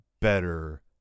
better